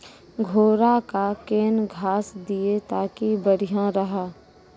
घोड़ा का केन घास दिए ताकि बढ़िया रहा?